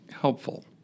helpful